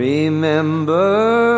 Remember